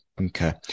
Okay